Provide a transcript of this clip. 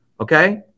Okay